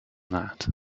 that